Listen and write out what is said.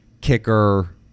kicker